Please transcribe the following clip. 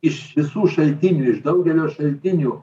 iš visų šaltinių iš daugelio šaltinių